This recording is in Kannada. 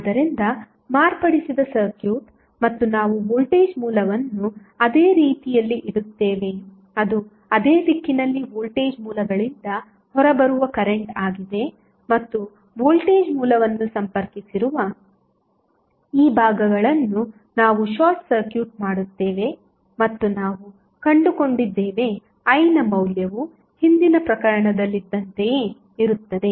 ಆದ್ದರಿಂದ ಮಾರ್ಪಡಿಸಿದ ಸರ್ಕ್ಯೂಟ್ ಮತ್ತು ನಾವು ವೋಲ್ಟೇಜ್ ಮೂಲವನ್ನು ಅದೇ ರೀತಿಯಲ್ಲಿ ಇಡುತ್ತೇವೆ ಅದು ಅದೇ ದಿಕ್ಕಿನಲ್ಲಿ ವೋಲ್ಟೇಜ್ ಮೂಲಗಳಿಂದ ಹೊರಬರುವ ಕರೆಂಟ್ ಆಗಿದೆ ಮತ್ತು ವೋಲ್ಟೇಜ್ ಮೂಲವನ್ನು ಸಂಪರ್ಕಿಸಿರುವ ಈ ಭಾಗಗಳನ್ನು ನಾವು ಶಾರ್ಟ್ ಸರ್ಕ್ಯೂಟ್ ಮಾಡುತ್ತೇವೆ ಮತ್ತು ನಾವು ಕಂಡುಕೊಂಡಿದ್ದೇವೆ I ನ ಮೌಲ್ಯವು ಹಿಂದಿನ ಪ್ರಕರಣದಲ್ಲಿದ್ದಂತೆಯೇ ಇರುತ್ತದೆ